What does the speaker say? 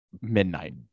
midnight